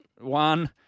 One